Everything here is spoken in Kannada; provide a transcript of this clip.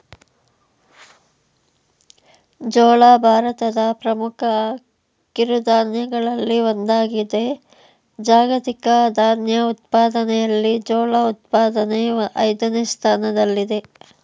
ಜೋಳ ಭಾರತದ ಪ್ರಮುಖ ಕಿರುಧಾನ್ಯಗಳಲ್ಲಿ ಒಂದಾಗಿದೆ ಜಾಗತಿಕ ಧಾನ್ಯ ಉತ್ಪಾದನೆಯಲ್ಲಿ ಜೋಳ ಉತ್ಪಾದನೆ ಐದನೇ ಸ್ಥಾನದಲ್ಲಿದೆ